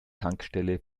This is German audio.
tankstelle